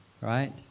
right